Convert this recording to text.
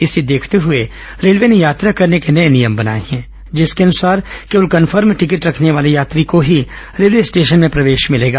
इसे देखते हुए रेलवे ने यात्रा करने को नए नियम बनाए हैं जिसके अनुसार केवल कन्फर्म टिकट रखने वाले यात्री को ही रेलवे स्टेशन में प्रवेश मिलेगा